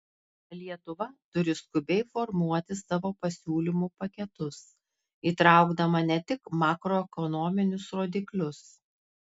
lietuva turi skubiai formuoti savo pasiūlymų paketus įtraukdama ne tik makroekonominius rodiklius